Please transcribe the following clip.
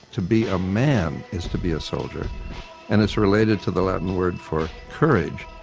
to be a man is to be a soldier and it's related to the latin word for courage,